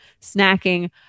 snacking